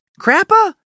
Crappa